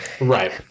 Right